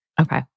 Okay